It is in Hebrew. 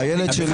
שלום בית.